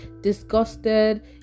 disgusted